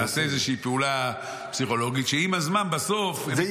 נעשה איזושהי פעולה פסיכולוגית, שעם הזמן בסוף הם,